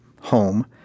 home